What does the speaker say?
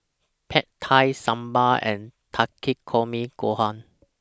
Pad Thai Sambar and Takikomi Gohan